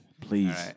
Please